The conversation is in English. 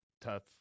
tough